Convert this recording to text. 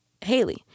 Haley